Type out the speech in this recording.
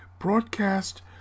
broadcast